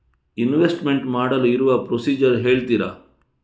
Investment ಮಾಡಲು ಇರುವ procedure ಹೇಳ್ತೀರಾ?